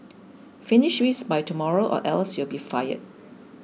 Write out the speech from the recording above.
finish this by tomorrow or else you'll be fired